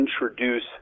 introduce